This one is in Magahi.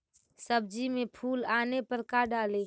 सब्जी मे फूल आने पर का डाली?